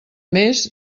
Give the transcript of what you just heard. més